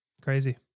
Crazy